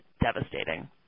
devastating